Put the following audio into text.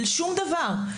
שום דבר.